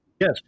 Yes